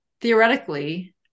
theoretically